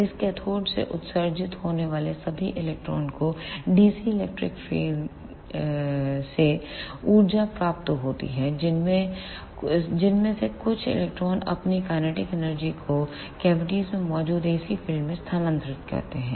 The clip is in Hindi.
इस कैथोड से उत्सर्जित होने वाले सभी इलेक्ट्रॉनों को DC electric field ELECTRIC FIELD से ऊर्जा प्राप्त होती है जिनमें से कुछ इलेक्ट्रॉन अपनी काइनेटिक एनर्जी को कैविटीज़ में मौजूद AC फिल्ड में स्थानांतरित करते हैं